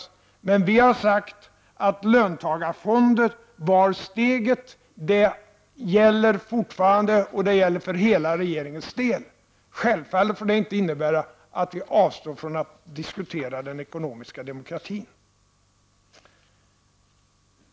Vi socialdemokrater har sagt att löntagarfonder var steget. Det gäller fortfarande, och det gäller för hela regeringens del. Men självfallet får inte detta innebära att vi avstår från att diskutera den ekonomiska demokratin.